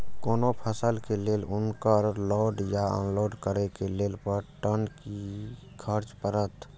कोनो फसल के लेल उनकर लोड या अनलोड करे के लेल पर टन कि खर्च परत?